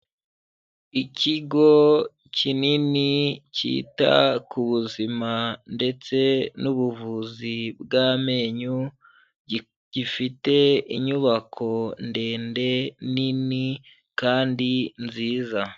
Ikigo kinini cyita ku buzima ndetse n'ubuvuzi bw'amenyo, gifite inyubako ndende, nini kandi nziza.